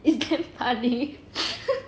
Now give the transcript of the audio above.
it's damn funny